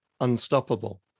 Unstoppable